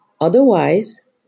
Otherwise